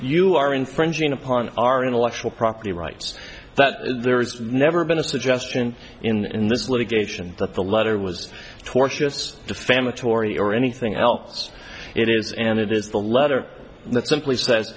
you are infringing upon our intellectual property rights that there's never been a suggestion in this litigation that the letter was tortious defamatory or anything else it is and it is the letter that simply